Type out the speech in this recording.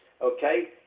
okay